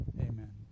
Amen